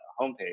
homepage